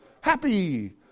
Happy